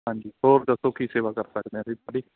ਹਾਂਜੀ ਹੋਰ ਦੱਸੋ ਕੀ ਸੇਵਾ ਕਰ ਸਕਦੇ ਹਾਂ ਜੀ ਤੁਹਾਡੀ